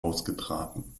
ausgetragen